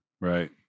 right